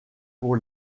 pour